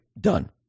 done